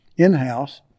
In-house